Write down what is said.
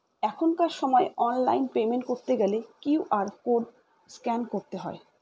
এখনকার সময় online payment করতে গেলে কিউ.আর কোড স্ক্যান করতে হয়